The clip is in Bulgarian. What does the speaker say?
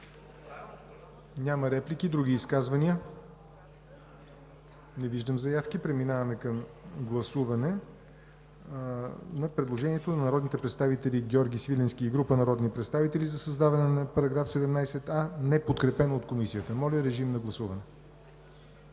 Няма. Други изказвания? Не виждам заявки. Преминаваме към гласуване на предложението на народните представители Георги Свиленски и група народни представители за създаване на § 17а, неподкрепен от Комисията. Гласували